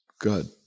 Good